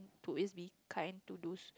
to always be kind to those